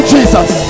Jesus